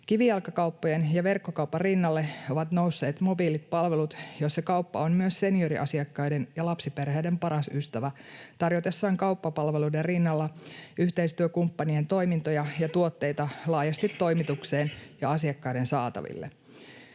Kivijalkakauppojen ja verkkokaupan rinnalle ovat nousseet mobiilit palvelut, joissa kauppa on myös senioriasiakkaiden ja lapsiperheiden paras ystävä tarjotessaan kauppapalveluiden rinnalla yhteistyökumppanien toimintoja ja tuotteita laajasti toimitukseen ja asiakkaiden saataville.